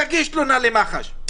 תגיש תלונה למח"ש.